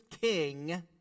king